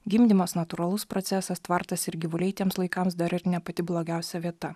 gimdymas natūralus procesas tvartas ir gyvuliai tiems laikams dar ir ne pati blogiausia vieta